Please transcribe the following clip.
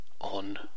on